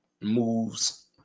moves